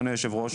אדוני היושב-ראש,